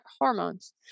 hormones